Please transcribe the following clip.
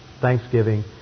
Thanksgiving